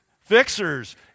Fixers